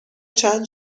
چند